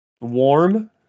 warm